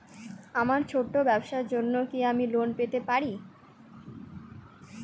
আমার ছোট্ট ব্যাবসার জন্য কি আমি লোন পেতে পারি?